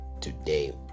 today